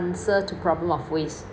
answer to problem of waste